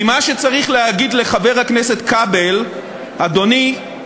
כי מה שצריך להגיד לחבר הכנסת כבל: אדוני,